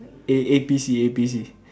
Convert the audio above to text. eh A_P_C A_P_C